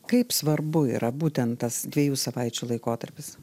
kaip svarbu yra būtent tas dviejų savaičių laikotarpis